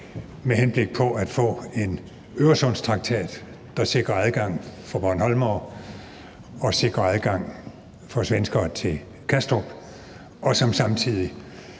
med henblik på at få en Øresundstraktat, der sikrer adgang for bornholmere og sikrer adgang for svenskere til Kastrup, og som samtidig